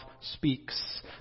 speaks